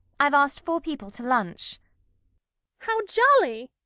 i've asked four people to lunch how jolly!